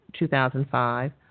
2005